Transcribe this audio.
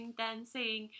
dancing